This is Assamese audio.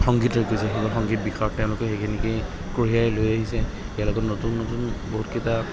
সংগীত হৈছে স সংগীত বিষয়ত তেওঁলোকে সেইখিনকে কঢ়িয়াই লৈ আহিছে ইয়াৰ লগত নতুন নতুন বহুতকেইটা